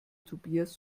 tobias